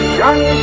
young